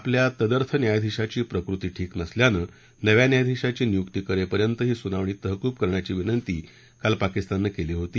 आपल्या तदर्थ न्यायाधीशाची प्रकृती ठीक नसल्यानं नव्या तदर्थ न्यायाधिशाची नियुक्ती करेपर्यंत ही सुनावणी तहकूब करण्याची विनंती काल पाकिस्ताननं केली होती